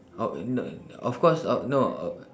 of of course of no